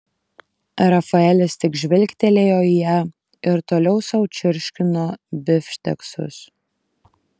rafaelis tik žvilgtelėjo į ją ir toliau sau čirškino bifšteksus